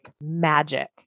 magic